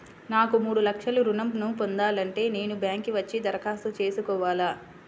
నాకు మూడు లక్షలు ఋణం ను పొందాలంటే నేను బ్యాంక్కి వచ్చి దరఖాస్తు చేసుకోవాలా?